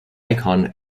icon